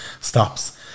stops